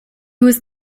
was